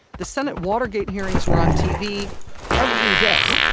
the senate watergate hearings were on tv every day.